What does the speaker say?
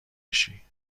بشی